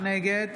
נגד